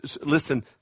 listen